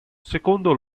secondo